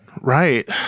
Right